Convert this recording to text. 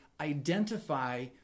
identify